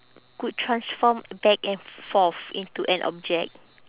could transform back and forth into an object